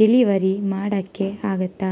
delivery ಮಾಡೋಕ್ಕೆ ಆಗುತ್ತಾ